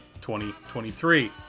2023